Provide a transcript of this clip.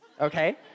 okay